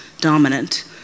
dominant